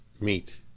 meet